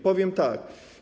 Powiem tak.